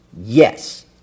Yes